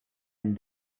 and